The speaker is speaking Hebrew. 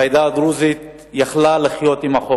והעדה הדרוזית יכלה לחיות עמו.